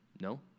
No